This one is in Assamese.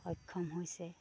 সক্ষম হৈছে